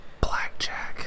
Blackjack